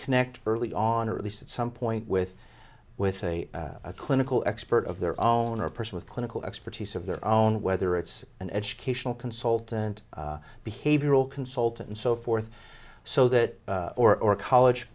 connect early on or at least at some point with with a clinical expert of their own or a person with clinical expertise of their own whether it's an educational consultant behavioral consultant and so forth so that or a college